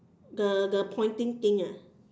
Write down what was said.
the the pointing thing ah